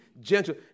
gentle